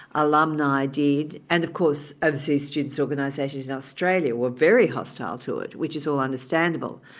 alumni did and of course overseas student's organisations in australia were very hostile to it, which is all understandable.